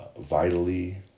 vitally